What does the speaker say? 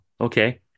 okay